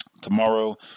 tomorrow